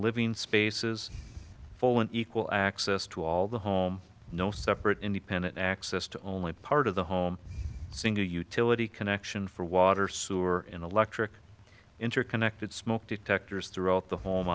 living spaces full and equal access to all the home no separate independent access to only part of the home single utility connection for water sewer and electric interconnected smoke detectors throughout the home